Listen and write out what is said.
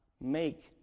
make